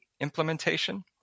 implementation